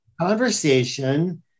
conversation